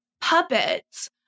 puppets